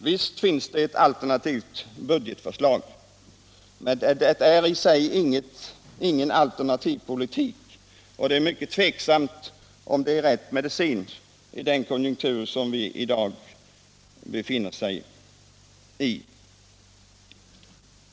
Visst finns det ett alternativt budgetförslag, men det anger i sig ingen alternativ politik, och det är mycket tveksamt om dess rekommendationer är rätt medicin i den konjunktur vi befinner oss i.